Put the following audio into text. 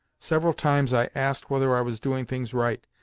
several times i asked whether i was doing things right,